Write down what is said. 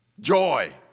Joy